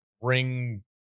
ring